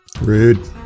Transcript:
Rude